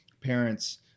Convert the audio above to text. parents